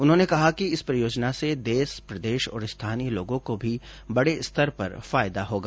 उन्होंने कहा कि इस परियोजना से देश प्रदेश और स्थानीय लोगों को भी बड़े स्तर पर फायदा होगा